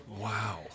Wow